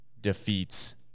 defeats